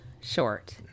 short